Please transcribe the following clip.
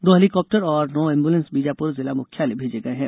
दो हेलीकॉप्टर और नौ एम्बूलेन्स बीजापुर जिला मुख्यालय भेजे गए हैं